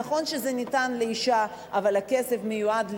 נכון שזה ניתן לאשה, אבל הכסף מיועד לילדים.